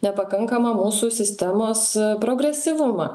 nepakankamą mūsų sistemos progresyvumą